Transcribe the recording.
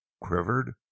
quivered